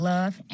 Love